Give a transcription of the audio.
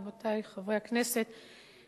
רבותי חברי הכנסת,